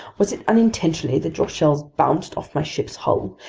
was it unintentionally that your shells bounced off my ship's hull?